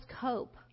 cope